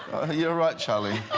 ah you're right charlie